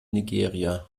nigeria